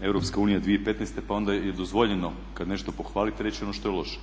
Europska unija 2015. pa onda je dozvoljeno kad nešto pohvalite reći ono što je loše